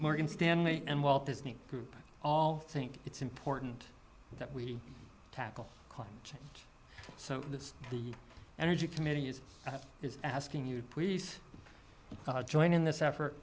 morgan stanley and walt disney group all think it's important that we tackle climate change so that's the energy committee is is asking you please join in this effort